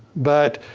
but,